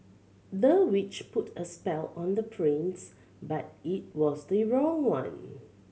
the witch put a spell on the prince but it was the wrong one